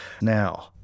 now